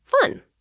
fun